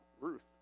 Ruth